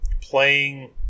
playing